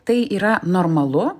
tai yra normalu